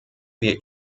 wir